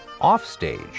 offstage